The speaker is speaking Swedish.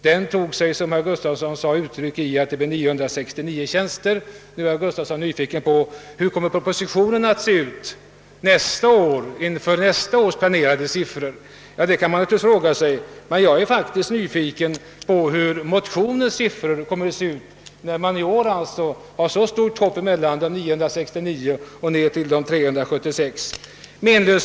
Detta tog sig, som herr Gustafsson sade, uttryck i att det blev 969 tjänster. Nu var herr Gustafsson nyfiken på hur propositionen kommer att se ut nästa år efter den planering som dåmera skett. Ja, det kan man fråga sig. Men jag är faktiskt nyfiken på hur motionens siffror kommer att se ut, när man i år har ett så stort hopp som mellan 969 och 376 tjänster.